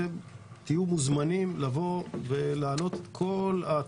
אתם תהיו מוזמנים לבוא ולהעלות את כל הרעיונות.